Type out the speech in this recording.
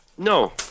No